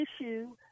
issue